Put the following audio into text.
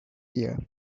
yeah